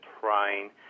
trying